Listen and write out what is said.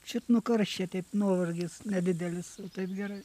čia nuo karščio taip nuovargis nedidelis o taip gerai